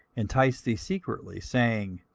entice thee secretly, saying,